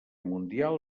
mundial